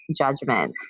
judgment